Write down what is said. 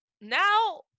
now